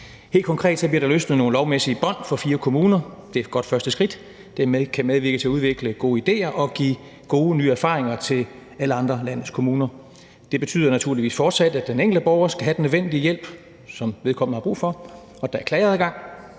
Helt konkret bliver der løsnet nogle lovmæssige bånd for fire kommuner. Det er et godt første skridt, det kan medvirke til at udvikle gode idéer og give gode nye erfaringer til alle andre af landets kommuner. Det betyder naturligvis fortsat, at den enkelte borger skal have den nødvendige hjælp, som vedkommende har brug for, og der er klageadgang.